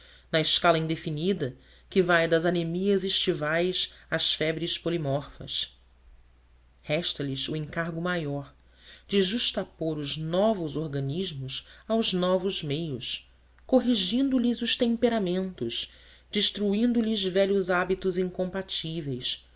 na escala indefinida que vai das anemias estivais às febres polimorfas resta lhes o encargo maior de justapor os novos organismos aos novos meios corrigindo lhes os temperamentos destruindo lhes velhos hábitos incompatíveis